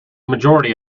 majority